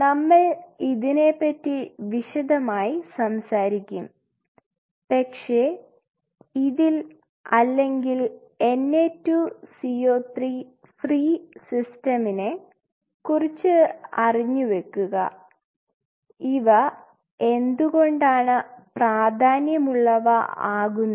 നമ്മൾ ഇതിനെപ്പറ്റി വിശദമായി സംസാരിക്കും പക്ഷേ ഇതിൽ അല്ലെങ്കിൽ NA2CO3 ഫ്രീ സിസ്റ്റമിനെ കുറച്ച് അറിഞ്ഞു വെക്കുക ഇവ എന്തുകൊണ്ടാണ് പ്രാധാന്യമുള്ളവ ആകുന്നത്